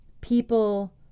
people